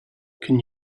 can